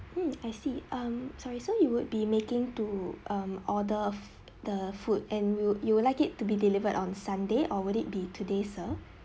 mm I see um sorry sir you would be making to um order f~ the food and will you would like it to be delivered on sunday or would it be today sir